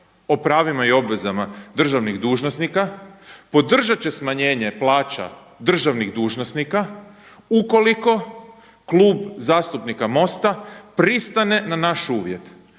o pravima i obvezama državnih dužnosnika, podržati će smanjenje plaća državnih dužnosnika ukoliko Klub zastupnika MOST-a pristane na naš uvjet